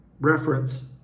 reference